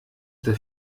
der